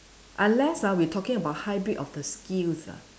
unless ah we talking about hybrid of the skills ah